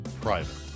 private